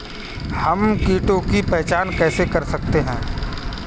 हम कीटों की पहचान कैसे कर सकते हैं?